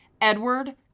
Edward